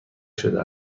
شده